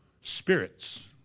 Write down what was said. Spirits